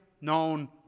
known